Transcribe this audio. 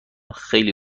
خیلی